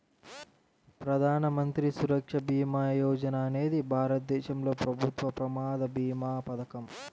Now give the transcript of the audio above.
ప్రధాన మంత్రి సురక్ష భీమా యోజన అనేది భారతదేశంలో ప్రభుత్వ ప్రమాద భీమా పథకం